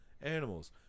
animals